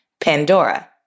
Pandora